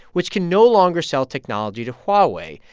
which can no longer sell technology to huawei,